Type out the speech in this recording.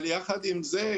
אבל יחד עם זאת,